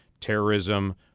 terrorism